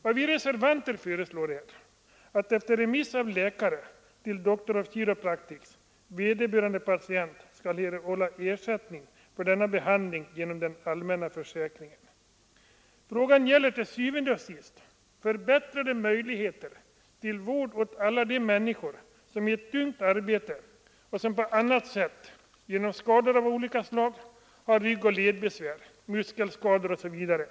Vad vi reservanter föreslår är att efter remiss av läkare till Doctors of Chiropractic vederbörande patient skall erhålla ersättning för denna behandling genom den allmänna försäkringen. Til syvende og sidst gäller den här förbättrade möjligheter till vård åt alla de människor som i ett tungt arbete och på annat sätt, t.ex. genom skador av olika slag, har ryggoch ledbesvär, muskelskador osv.